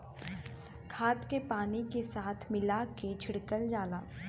खाद के पानी के साथ मिला के छिड़कल जाला